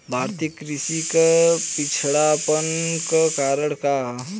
भारतीय कृषि क पिछड़ापन क कारण का ह?